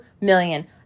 million